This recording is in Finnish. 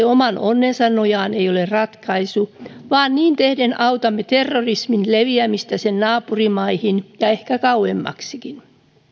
oman onnensa nojaan ei ole ratkaisu vaan niin tehden autamme terrorismin leviämistä sen naapurimaihin ja ehkä kauemmaksikin